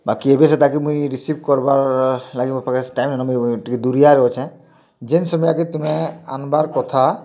ବାକି ଏବେ ସେଟାକେ ମୁଇଁ ରିସିଭ୍ କର୍ବାର୍ ଲାଗି ମୋ' ପାଖେ ଟାଇମ୍ ନାଇଁନ ମୁଇଁ ମୁଇଁ ଟିକେ ଦୂରିଆରେ ଅଛେଁ ଯେନ୍ ସମୟକେ ତୁମେ ଆନ୍ବାର୍ କଥା